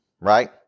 right